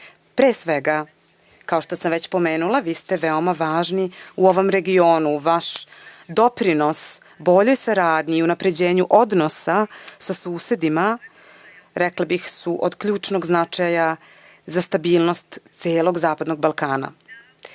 Pre svega, kao što sam već pomenula, vi ste veoma važni u ovom regionu. Vaš doprinos boljoj saradnji i unapređenju odnosa sa susedima, rekla bih, od ključnog su značaja za stabilnost celog zapadnog Balkana.